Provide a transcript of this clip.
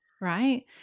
Right